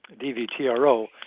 DVTRO